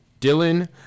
Dylan